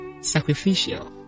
sacrificial